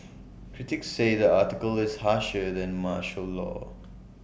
critics say the article is harsher than martial law